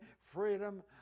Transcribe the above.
freedom